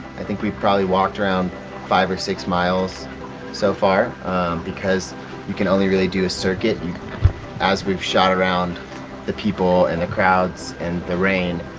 i think we've probably walked around five or six miles so far because you can only really do a circuit. and as we've shot around the people, and the crowds and the rain,